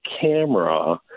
camera